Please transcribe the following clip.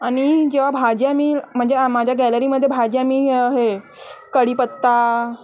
आणि जेव्हा भाज्या मी म्हणजे माझ्या गॅलरीमध्ये भाज्या मी हे कढीपत्ता